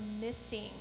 missing